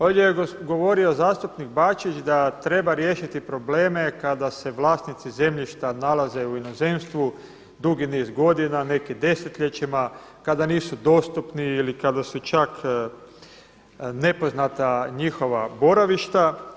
Ovdje je govorio zastupnik Bačić da treba riješiti probleme kada se vlasnici zemljišta nalaze u inozemstvu dugi niz godina, neki desetljećima, kada nisu dostupni ili kada su čak nepoznata njihova boravišta.